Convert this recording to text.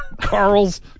Carl's